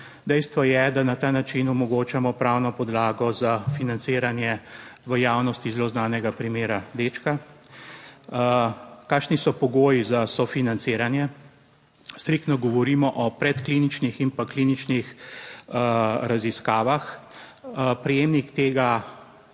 Dejstvo je, da na ta način omogočamo pravno podlago za financiranje v javnosti zelo znanega primera dečka kakšni so pogoji za sofinanciranje? Striktno govorimo o predkliničnih in pa kliničnih raziskavah. Prejemnik tega,